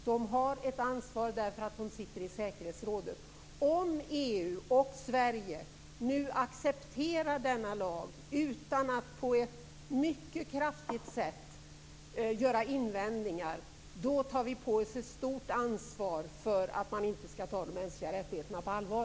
De har ett ansvar därför att de sitter i säkerhetsrådet. Om EU och Sverige nu accepterar denna lag utan att göra mycket kraftiga invändningar tar vi på oss ett stort ansvar för att man inte skall ta de mänskliga rättigheterna på allvar.